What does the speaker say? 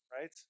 right